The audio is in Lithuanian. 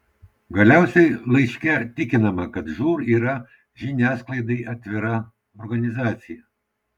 galiausiai laiške tikinama kad žūr yra žiniasklaidai atvira organizacija